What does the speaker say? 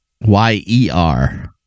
Y-E-R